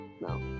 No